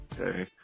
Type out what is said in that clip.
Okay